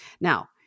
Now